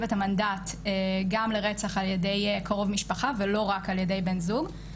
את המנדט גם לרצח על-ידי קרוב משפחה ולא רק על-ידי בן זוג.